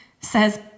says